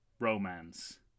Romance